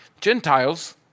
Gentiles